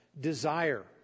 desire